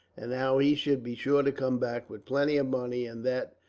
and how he should be sure to come back with plenty of money and that,